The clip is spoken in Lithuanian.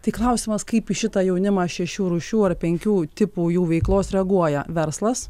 tai klausimas kaip į šitą jaunimą šešių rūšių ar penkių tipų jų veiklos reaguoja verslas